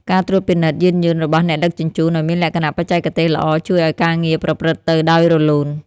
ការត្រួតពិនិត្យយានយន្តរបស់អ្នកដឹកជញ្ជូនឱ្យមានលក្ខណៈបច្ចេកទេសល្អជួយឱ្យការងារប្រព្រឹត្តទៅដោយរលូន។